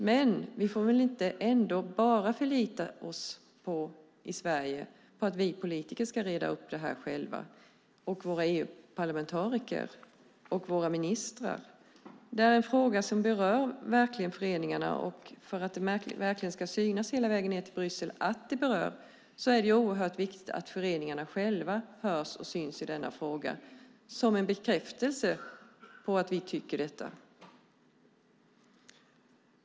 Men vi i Sverige får väl ändå inte bara förlita oss på att vi politiker samt våra EU-parlamentariker och våra ministrar själva ska reda ut det här. Frågan berör verkligen föreningarna. För att det verkligen hela vägen ned till Bryssel ska synas att detta berör är det oerhört viktigt att föreningarna själva hörs och syns i frågan - detta som en bekräftelse på vad vi tycker.